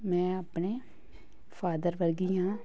ਮੈਂ ਆਪਣੇ ਫਾਦਰ ਵਰਗੀ ਹਾਂ